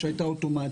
שהייתה אוטומטית.